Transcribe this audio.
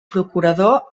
procurador